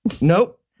Nope